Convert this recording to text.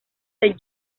del